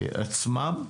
עצמם?